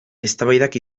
eztabaidak